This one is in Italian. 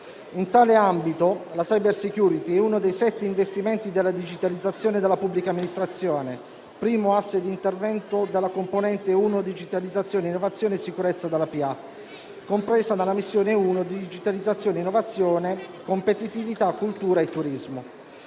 In tale ambito la *cybersecurity* è uno dei sette investimenti della digitalizzazione della pubblica amministrazione, primo asse di intervento della componente 1 «Digitalizzazione, innovazione e sicurezza nella pubblica amministrazione», compresa nella missione 1 «Digitalizzazione, innovazione, competitività, cultura e turismo».